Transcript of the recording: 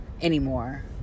anymore